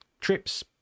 trips